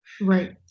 Right